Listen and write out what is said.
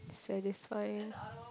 satisfying